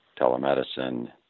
telemedicine